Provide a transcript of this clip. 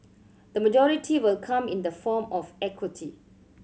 the majority will come in the form of equity